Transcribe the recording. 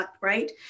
right